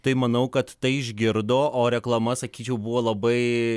tai manau kad tai išgirdo o reklama sakyčiau buvo labai